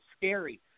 scary